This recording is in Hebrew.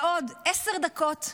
בעוד עשר דקות,